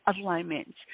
alignment